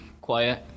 Quiet